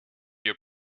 your